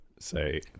say